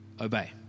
obey